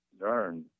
learn